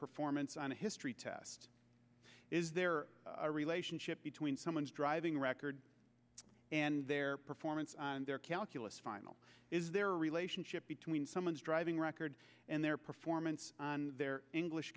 performance on a history test is there a relationship between someone's driving record and their performance and their calculus final is their relationship between someone's driving record and their performance their